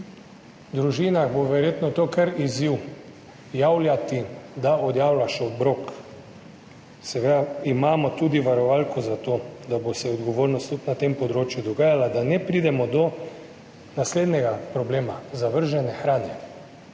družinah bo verjetno to kar izziv javljati, da odjavljaš obrok. Seveda imamo tudi varovalko za to, da se bo odgovornost tudi na tem področju dogajala, da ne pridemo do naslednjega problema zavržene hrane.